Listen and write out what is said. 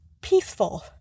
peaceful